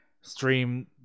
stream